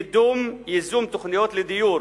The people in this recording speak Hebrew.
קידום ייזום תוכניות לדיור